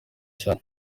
cyane